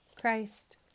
Christ